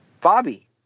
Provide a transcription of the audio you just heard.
Bobby